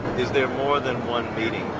is there more than one meeting?